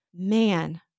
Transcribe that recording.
Man